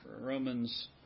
Romans